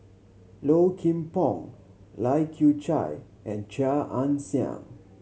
Low Kim Pong Lai Kew Chai and Chia Ann Siang